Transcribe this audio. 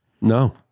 no